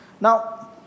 Now